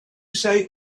say